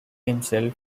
himself